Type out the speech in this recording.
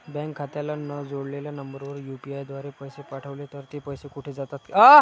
Bank खात्याला न जोडलेल्या नंबरवर यु.पी.आय द्वारे पैसे पाठवले तर ते पैसे कुठे जातात?